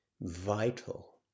vital